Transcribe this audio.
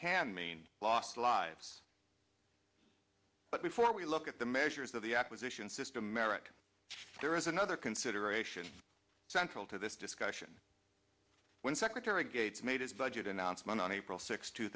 can mean lost lives but before we look at the measures of the acquisition system eric there is another consideration central to this discussion when secretary gates made his budget announcement on april sixth two